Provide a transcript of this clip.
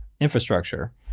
infrastructure